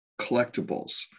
collectibles